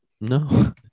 No